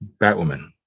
Batwoman